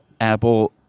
apple